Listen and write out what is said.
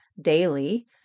daily